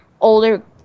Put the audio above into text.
older